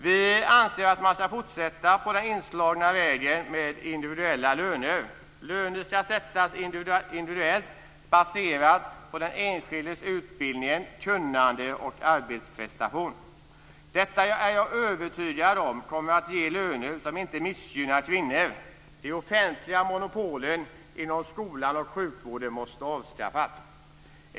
Vi anser att man ska fortsätta på den inslagna vägen med individuella löner. Lönen ska sättas individuellt baserat på den enskildes utbildning, kunnande och arbetsprestation. Jag är övertygad om att detta kommer att ge löner som inte missgynnar kvinnor. De offentliga monopolen inom skolan och sjukvården måste avskaffas.